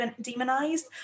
demonized